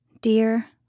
Dear